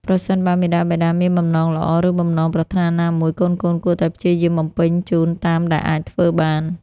ប្រសិនបើមាតាបិតាមានបំណងល្អ ឬបំណងប្រាថ្នាណាមួយ កូនៗគួរតែព្យាយាមបំពេញជូនតាមដែលអាចធ្វើបាន។